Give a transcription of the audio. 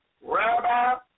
rabbi